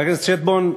חבר הכנסת שטבון,